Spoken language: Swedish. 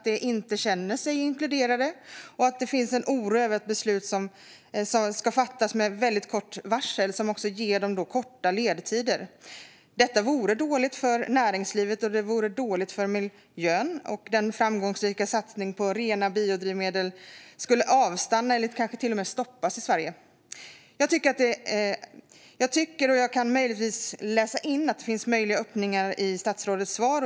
De känner sig inte inkluderade, och det finns en oro över att beslut ska fattas med väldigt kort varsel så att de får korta ledtider. Detta vore dåligt för näringslivet, och det vore dåligt för miljön. Och den framgångsrika satsningen på rena biodrivmedel skulle avstanna eller kanske till och med stoppas i Sverige. Jag tycker att jag kan läsa in att det finns möjliga öppningar i statsrådets svar.